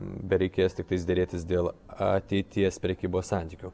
bereikės tiktais derėtis dėl ateities prekybos santykių